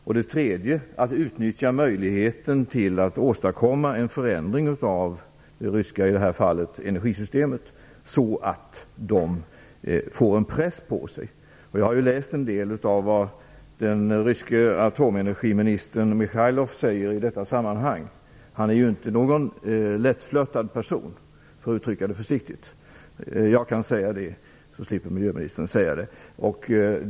För det tredje skall man utnyttja möjligheten att åstadkomma en förändring av i detta fall det ryska energisystemet så att ryssarna får en press på sig. Jag har läst en del av vad den ryske atomenergiministern Michailov uttalar i detta sammanhang. Han är, för att uttrycka det försiktigt, inte någon lättflörtad person. Jag kan säga det, så slipper miljöministern göra det.